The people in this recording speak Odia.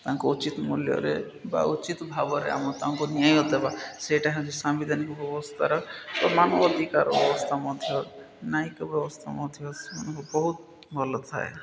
ତାଙ୍କ ଉଚିତ୍ ମୂଲ୍ୟରେ ବା ଉଚିତ୍ ଭାବରେ ଆମ ତାଙ୍କୁ ନ୍ୟାୟ ଦେବା ସେଇଟା ହେଉଛି ସାମ୍ବିଧାନିକ ବ୍ୟବସ୍ଥାର ମାନବ ଅଧିକାର ବ୍ୟବସ୍ଥା ମଧ୍ୟ ନ୍ୟାୟୀକ ବ୍ୟବସ୍ଥା ମଧ୍ୟ ସେମାନଙ୍କୁ ବହୁତ ଭଲ ଥାଏ